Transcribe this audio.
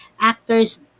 actors